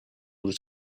that